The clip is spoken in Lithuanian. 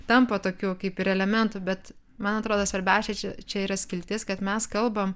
tampa tokiu kaip ir elementu bet man atrodo svarbiausia čia čia yra skiltis kad mes kalbam